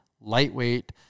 lightweight